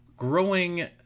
Growing